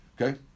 Okay